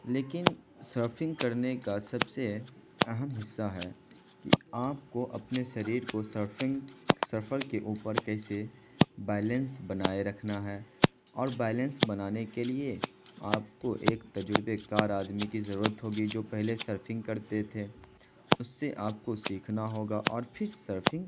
لیکن سرفنگ کرنے کا سب سے اہم حصہ ہے کہ آپ کو اپنے شریر کو سرفنگ سرفر کے اوپر کیسے بیلنس بنائے رکھنا ہے اور بیلنس بنانے کے لیے آپ کو ایک تجربہ کار آدمی کی ضرورت ہوگی جو پہلے سرفنگ کرتے تھے اس سے آپ کو سیکھنا ہوگا اور پھر سرفنگ